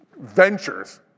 ventures